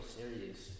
serious